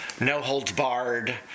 no-holds-barred